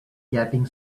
getting